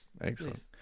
Excellent